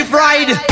ride